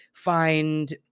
find